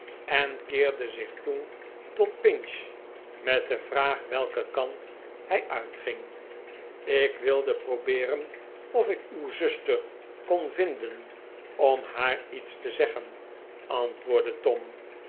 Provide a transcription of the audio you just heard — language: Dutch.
en keerde zich toen tot pinch met de vraag welken kant hij uitging ik wilde probeeren of ik uw zuster kon vinden om haar iets te zeggen antwoordde tom